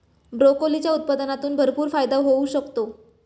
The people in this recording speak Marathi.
ब्रोकोलीच्या उत्पादनातून भरपूर फायदा होऊ शकतो